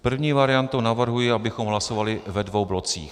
První variantu navrhuji, abychom hlasovali ve dvou blocích.